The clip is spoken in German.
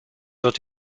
wird